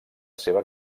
seva